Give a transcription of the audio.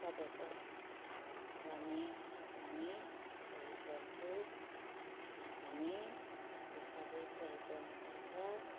त्यसपछि गर्ने पनि प्रयोग गर्छु किनभने त्यो सबै प्रयोग गर्नुपर्छ